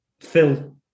Phil